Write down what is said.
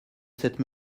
cette